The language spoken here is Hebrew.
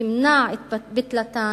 ותמנע את בטלתן,